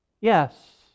Yes